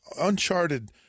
uncharted